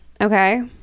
okay